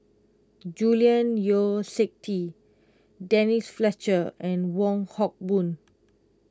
Julian Yeo See Teck Denise Fletcher and Wong Hock Boon